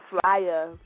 flyer